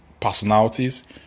personalities